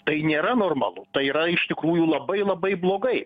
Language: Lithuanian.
tai nėra normalu tai yra iš tikrųjų labai labai blogai